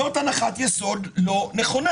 זאת הנחת יסוד לא נכונה.